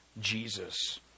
Jesus